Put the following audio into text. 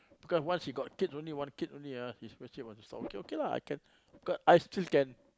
because once he got kid only one kid only ah he surely want to start working I say okay okay lah I can because I still can